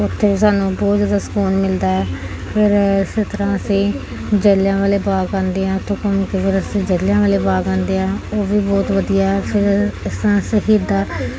ਉੱਥੇ ਵੀ ਸਾਨੂੰ ਬਹੁਤ ਜ਼ਿਆਦਾ ਸਕੂਲ ਮਿਲਦਾ ਹੈ ਫਿਰ ਇਸ ਤਰ੍ਹਾਂ ਅਸੀਂ ਜਲ੍ਹਿਆਂਵਾਲਾ ਬਾਗ ਆਉਂਦੇ ਹਾਂ ਉੱਥੋਂ ਘੁੰਮ ਕੇ ਫਿਰ ਅਸੀਂ ਜਲ੍ਹਿਆਂਵਾਲਾ ਬਾਗ ਆਉਂਦੇ ਹਾਂ ਉਹ ਵੀ ਬਹੁਤ ਵਧੀਆ ਫਿਰ ਇਸ ਤਰ੍ਹਾਂ ਸ਼ਹੀਦਾਂ